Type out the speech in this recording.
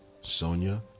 Sonia